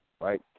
Right